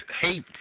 hate